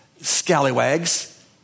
scallywags